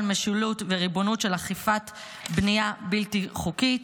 משילות וריבונות ואכיפת בנייה בלתי חוקית.